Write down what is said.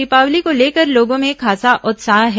दीपावली को लेकर लोगों में खासा उत्साह है